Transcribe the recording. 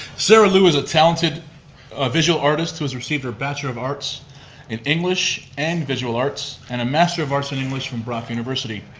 sara lou is a talented ah visual artist who has received her bachelor of arts in english and visual arts, and a master of arts in english from brock university.